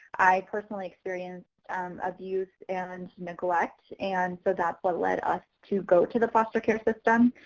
i personally experienced abused and neglect and so that but led us to go to the foster care system.